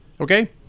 Okay